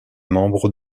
membre